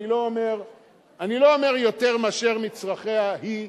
אני לא אומר יותר מאשר מצרכיה היא,